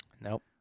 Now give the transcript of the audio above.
Nope